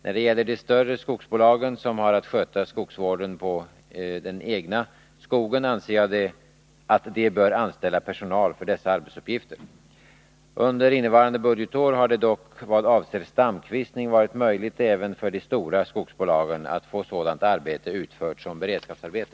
När det gäller de större skogsbolagen, som har att sköta skogsvården i den egna skogen, anser jag att de bör anställa personal för dessa arbetsuppgifter. Under innevarande budgetår har det dock vad avser stamkvistning varit möjligt även för de stora skogsbolagen att få sådant arbete utfört som beredskapsarbete.